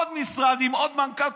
עוד משרד עם עוד מנכ"ל,